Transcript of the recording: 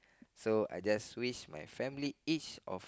so I just wish my family each of